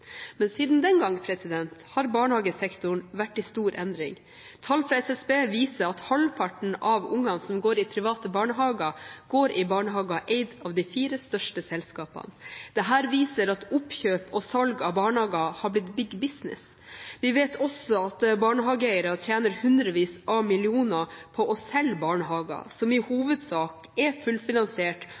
Siden den gang har barnehagesektoren vært i stor endring. Tall fra SSB viser at halvparten av barna som går i private barnehager, går i barnehager eid av de fire største selskapene. Dette viser at oppkjøp og salg av barnehager har blitt big business. Vi vet også at barnehageeiere tjener hundrevis av millioner på å selge barnehager, som i hovedsak er fullfinansiert